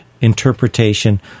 interpretation